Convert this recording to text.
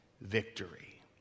victory